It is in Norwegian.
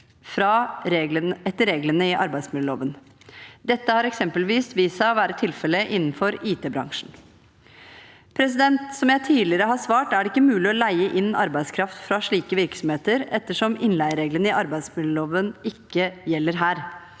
inn etter reglene i arbeidsmiljøloven. Dette har eksempelvis vist seg å være tilfellet innenfor IT-bransjen. Som jeg tidligere har svart, er det ikke mulig å leie inn arbeidskraft fra slike virksomheter ettersom innleiereglene i arbeidsmiljøloven ikke gjelder her.